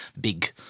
big